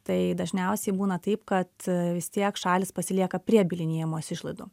tai dažniausiai būna taip kad vis tiek šalys pasilieka prie bylinėjimosi išlaidų